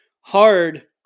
hard